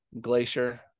glacier